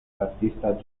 artista